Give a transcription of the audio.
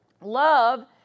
love